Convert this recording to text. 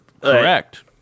Correct